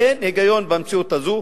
אין היגיון במציאות הזאת.